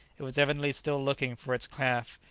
it was evidently still looking for its calf,